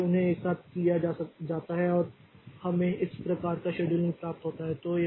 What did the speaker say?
इसलिए उन्हें एक साथ लिया जाता है और फिर हमें इस प्रकार का शेड्यूलिंग प्राप्त होता है